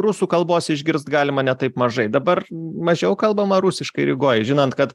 rusų kalbos išgirst galima ne taip mažai dabar mažiau kalbama rusiškai rygoj žinant kad